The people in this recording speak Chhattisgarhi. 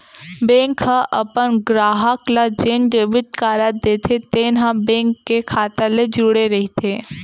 बेंक ह अपन गराहक ल जेन डेबिट कारड देथे तेन ह बेंक के खाता ले जुड़े रइथे